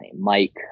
Mike